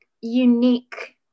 unique